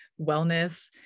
wellness